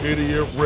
Idiot